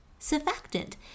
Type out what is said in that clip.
Surfactant